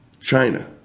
china